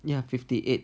ya fifty eight